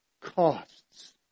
costs